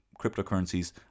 cryptocurrencies